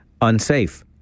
unsafe